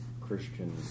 Christian